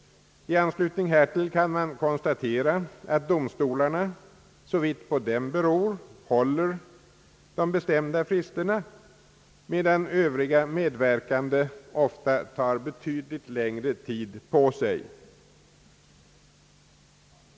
I anslutning härtill kan man konstatera att domstolarna såvitt på dem beror håller de bestämda fristerna, medan övriga medverkande ofta tar betydligt längre tid på sig.